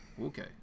Okay